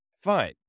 fine